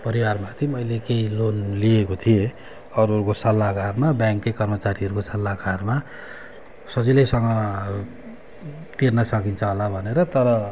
परिवारमाथि मैले केही लोन लिएको थिएँ अरूहरूको सल्लहाकारमा ब्याङ्ककै कर्मचारीहरूको सल्लाहकारमा सजिलैसँग तिर्न सकिन्छ होला भनेर तर